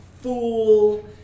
fool